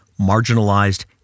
marginalized